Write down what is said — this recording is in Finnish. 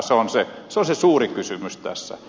se on se suuri kysymys tässä